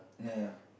no